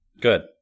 Good